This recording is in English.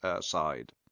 side